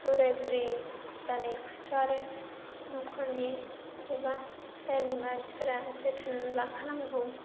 बोराय बुरि जानाय खौथ' आरो न'खरनि एबा बायहेरानि मानसिफोरा जोथोन लाखानांगौ